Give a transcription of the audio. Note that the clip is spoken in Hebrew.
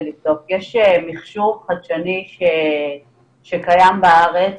יש מכשור חדשני שקיים בארץ,